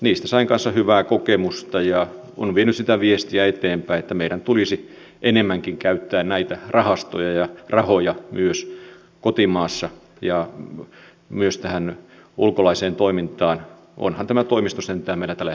niistä sain kanssa hyvää kokemusta ja olen vienyt sitä viestiä eteenpäin että meidän tulisi enemmänkin käyttää näitä rahastoja ja rahoja myös kotimaassa ja myös tähän ulkomaiseen toimintaan onhan tämä toimisto sentään meillä täällä helsingissä